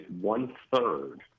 one-third